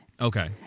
Okay